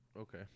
Okay